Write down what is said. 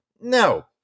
No